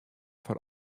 foar